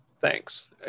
Thanks